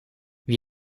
wie